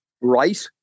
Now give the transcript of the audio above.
right